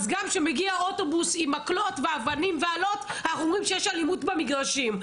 כשמגיע אוטובוס עם מקלות ואבנים ואלות אנחנו אומרים שיש אלימות במגרשים.